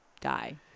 die